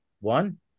One